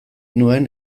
nuen